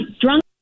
drunk